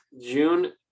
june